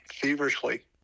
feverishly